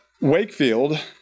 Wakefield